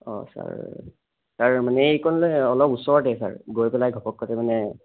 অঁ sir sir মানে এইকণলে অলপ ওচৰতে চাৰ গৈ পেলাই ঘপহকতে মানে